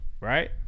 right